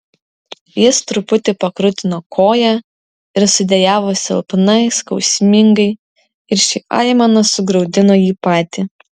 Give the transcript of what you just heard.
jis truputį pakrutino koją ir sudejavo silpnai skausmingai ir ši aimana sugraudino jį patį